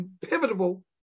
pivotal